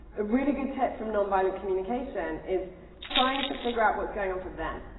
a really good tip from non-violent communication is trying to figure out what's going on for them.